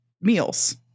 meals